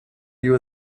you